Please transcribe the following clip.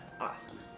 Awesome